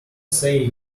say